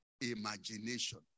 imagination